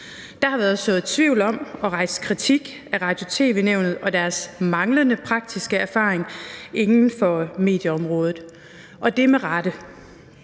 Der har været sået tvivl om og rejst kritik af Radio- og tv-nævnet og deres manglende praktiske erfaring inden for medieområdet – og det med rette.